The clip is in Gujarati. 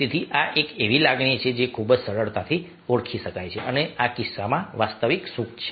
તેથી આ એક એવી લાગણી છે જે ખૂબ જ સરળતાથી ઓળખી શકાય છે અને આ કિસ્સામાં વાસ્તવિક સુખ છે